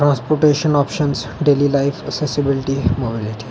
transportation options daily life accessibility at all